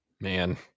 Man